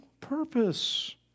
Purpose